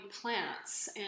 plants